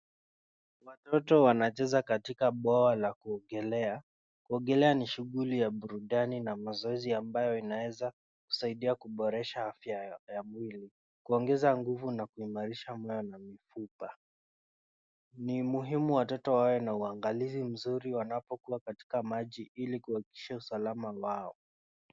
Watoto wanacheza katika bwawa la kuogelea. Kuogelea ni shughuli ya burudani na mazoezi ambayo inaweza kusaidia kuboresha afya ya mwili, kuongeza nguvu na kuimarisha moyo na mifupa. Ni muhimu watoto wawe na uangalizi mzuri wanapokuwa katika maji ili kuhakikisha usalama wao.